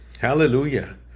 Hallelujah